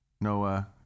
Noah